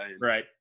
Right